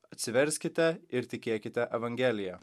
atsiverskite ir tikėkite evangelija